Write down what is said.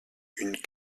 une